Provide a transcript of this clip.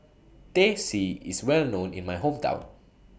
Teh C IS Well known in My Hometown